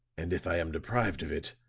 and if i am deprived of it,